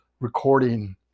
recording